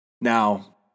Now